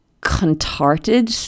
contorted